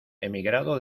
emigrado